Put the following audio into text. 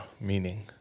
meaning